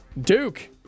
Duke